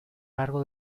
largo